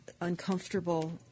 uncomfortable